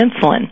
insulin